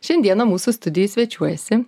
šiandieną mūsų studijoj svečiuojasi